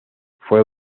fue